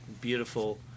beautiful